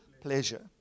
pleasure